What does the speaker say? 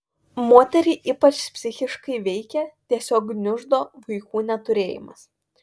moterį ypač psichiškai veikia tiesiog gniuždo vaikų neturėjimas